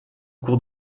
cours